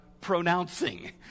pronouncing